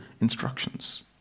instructions